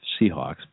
Seahawks